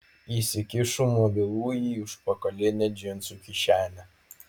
įsikišu mobilųjį į užpakalinę džinsų kišenę